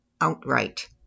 outright